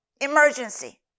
emergency